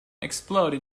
explode